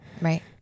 right